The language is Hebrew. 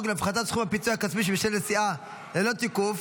להפחתת סכום הפיצוי הכספי בשל נסיעה ללא תיקוף